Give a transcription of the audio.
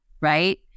right